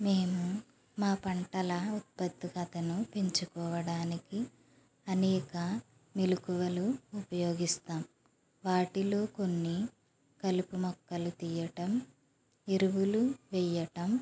మేము మా పంటల ఉత్పాదకతను పెంచుకోవడానికి అనేక మెళుకువలు ఉపయోగిస్తాం వాటిలో కొన్ని కలుపు మొక్కలు తీయటం ఎరువులు వేయ్యటం